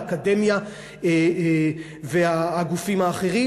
האקדמיה והגופים האחרים,